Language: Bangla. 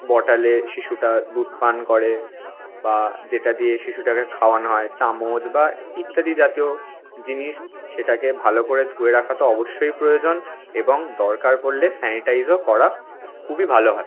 বটলে শিশুটা দুধ পান করে বা যেটা দিয়ে শিশুটাকে খাওয়ানো হয় চামচ বা ইত্যাদি জাতীয় জিনিস সেটাকে ভালো করে ধুয়ে রাখা তো অবশ্যই প্রয়োজন এবং দরকার পড়লে স্যানিটাইজও করা খুবই ভালো হয়